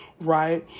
right